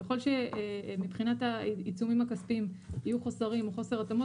ככל שמבחינת העיצומים הכספיים יהיו חוסרים או חוסר התאמות,